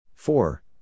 Four